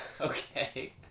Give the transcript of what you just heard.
Okay